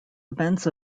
events